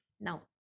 now